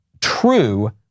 true